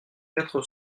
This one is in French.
quatre